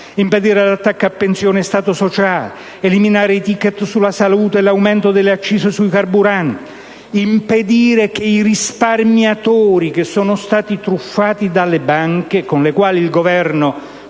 impedendo attacchi a pensioni e Stato sociale, consentendo di eliminare i *ticket* sulla salute e l'aumento delle accise sui carburanti, impedendo che i risparmiatori che sono stati truffati dalle banche (con le quali il Governo